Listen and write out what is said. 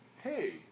Hey